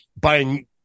buying